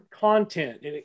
content